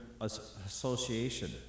Association